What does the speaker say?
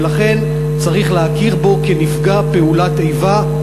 ולכן צריך להכיר בו כנפגע פעולת איבה,